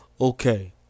Okay